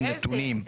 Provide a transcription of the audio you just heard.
עם נתונים.